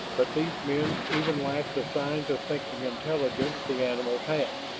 but these men even lacked the signs of thinking intelligence the animals had.